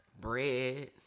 bread